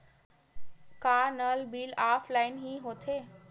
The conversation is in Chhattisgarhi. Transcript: का नल बिल ऑफलाइन हि होथे?